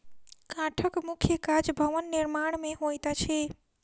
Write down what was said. काठक मुख्य काज भवन निर्माण मे होइत अछि